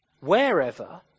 wherever